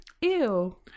Ew